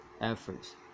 efforts